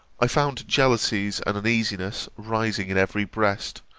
i found jealousies and uneasiness rising in every breast,